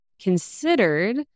considered